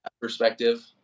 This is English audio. perspective